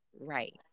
right